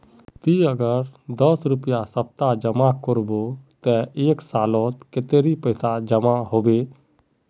ती अगर दस रुपया सप्ताह जमा करबो ते एक सालोत कतेरी पैसा जमा होबे बे?